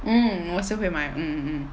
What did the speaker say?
mm 我也是会买 mm mm mm